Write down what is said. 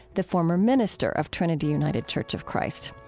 the former minister of trinity united church of christ.